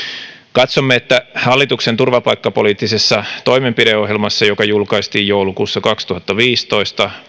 katsomme että hallituksen turvapaikkapoliittisessa toimenpideohjelmassa joka julkaistiin joulukuussa kaksituhattaviisitoista